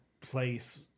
place